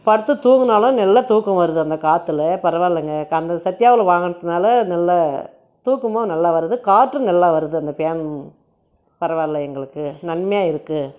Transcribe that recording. படுத்து தூங்கினாலும் நல்லா தூக்கம் வருகுது அந்த காற்றில் பரவாயில்லங்க அந்த சத்யாவில் வாங்கினத்துனால நல்ல தூக்கமும் நல்லா வருகுது காற்றும் நல்லா வருகுது அந்த ஃபேன் பரவாயில்ல எங்களுக்கு நன்மையாக இருக்கு து